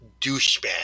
douchebag